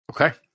Okay